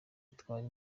utwara